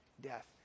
death